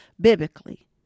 Biblically